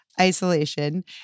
isolation